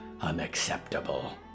Unacceptable